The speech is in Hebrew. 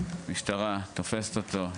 המשטרה תופסת אותו,